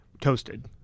Toasted